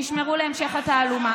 תשמרו להמשך התעמולה.